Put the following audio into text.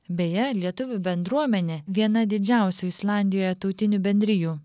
beje lietuvių bendruomenė viena didžiausių islandijoje tautinių bendrijų